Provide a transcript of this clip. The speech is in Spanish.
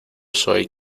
soy